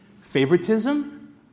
Favoritism